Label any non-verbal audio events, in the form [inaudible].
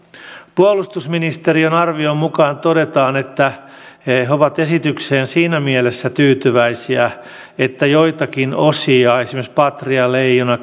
puolustusministeriön arviossa todetaan että he he ovat esitykseen siinä mielessä tyytyväisiä että joitakin osia esimerkiksi patria leijona [unintelligible]